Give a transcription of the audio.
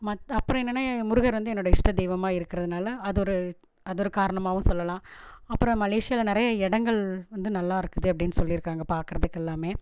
மத் அப்புறம் என்னென்னா முருகர் வந்து என்னோடய இஷ்ட தெய்வமாக இருக்கிறதுனால அது ஒரு அது ஒரு காரணமாகவும் சொல்லலாம் அப்புறம் மலேஷியாவில் நிறைய இடங்கள் வந்து நல்லாயிருக்குது அப்படினு சொல்லியிருக்காங்க பார்க்குறதுக்கு எல்லாமே